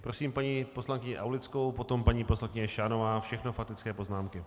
Prosím paní poslankyni Aulickou, potom paní poslankyně Šánová, všechno faktické poznámky.